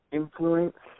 influence